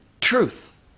truth